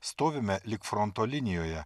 stovime lyg fronto linijoje